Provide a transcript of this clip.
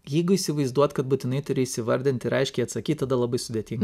jeigu įsivaizduot kad būtinai turi įsivardint ir aiškiai atsakyt tada labai sudėtinga